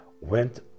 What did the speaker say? went